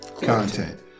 content